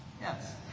Yes